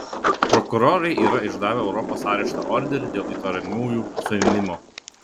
prokurorai yra išdavę europos arešto orderį dėl įtariamųjų suėmimo